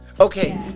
okay